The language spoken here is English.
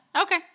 Okay